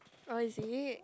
oh is it